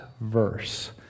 verse